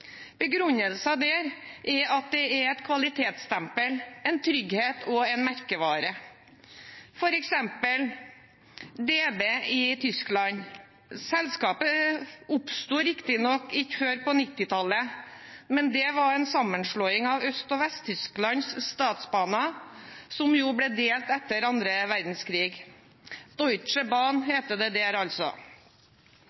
der er at det er et kvalitetsstempel, en trygghet og en merkevare, f.eks. DB i Tyskland. Selskapet oppsto riktignok ikke før på 1990-tallet, men det var etter en sammenslåing av statsbanene til Øst-Tyskland og Vest-Tyskland, som ble delt etter annen verdenskrig.